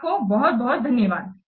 आपको बहुत बहुत धन्यवाद